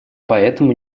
поэтому